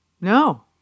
No